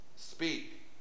Speak